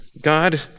God